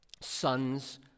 sons